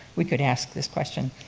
we could ask this question.